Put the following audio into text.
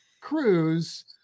cruise